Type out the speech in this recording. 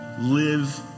live